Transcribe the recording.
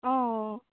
অঁ